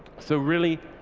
so really